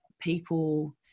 people